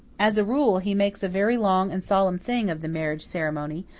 as a rule, he makes a very long and solemn thing of the marriage ceremony,